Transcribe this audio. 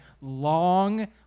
Long